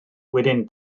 wedyn